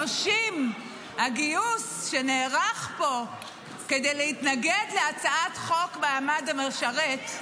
מרשים הגיוס שנערך פה כדי להתנגד להצעת חוק מעמד המשרת.